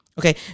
Okay